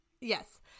Yes